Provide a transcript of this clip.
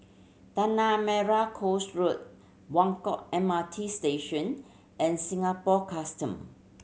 Tanah Merah Coast Road Buangkok M R T Station and Singapore Custom